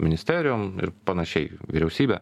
ministerijom ir panašiai vyriausybe